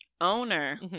owner